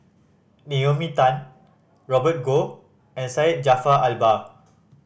Naomi Tan Robert Goh and Syed Jaafar Albar